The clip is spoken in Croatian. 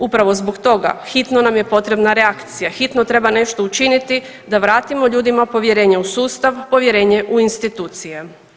Upravo zbog toga hitno nam je potrebna reakcija, hitno treba nešto učiniti da vratimo ljudima povjerenje u sustav, povjerenje u institucije.